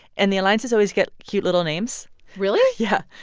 and the alliances always get cute, little names really? yeah.